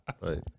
Right